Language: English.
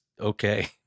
okay